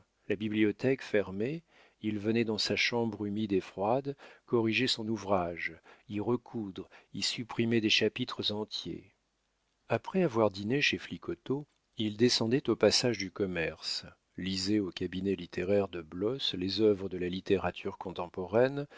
la bibliothèque fermée il venait dans sa chambre humide et froide corriger son ouvrage y recoudre y supprimer des chapitres entiers après avoir dîné chez flicoteaux il descendait au passage du commerce lisait au cabinet littéraire de blosse les œuvres de la littérature contemporaine